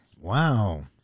Wow